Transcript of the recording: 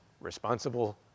responsible